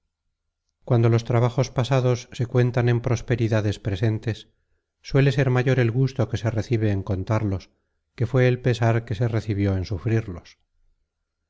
cuando los trabajos pasados se cuentan en prosperidades presentes suele ser mayor el gusto que se recibe en contarlos que fué el pesar que se recibió en sufrirlos